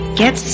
get